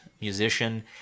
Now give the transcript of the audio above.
musician